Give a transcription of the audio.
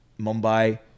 Mumbai